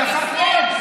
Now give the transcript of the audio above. הדחת עד,